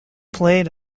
played